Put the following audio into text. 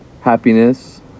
happiness